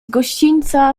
gościńca